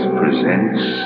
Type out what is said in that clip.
presents